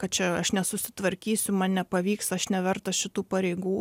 kad čia aš nesusitvarkysiu man nepavyks aš neverta šitų pareigų